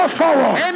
forward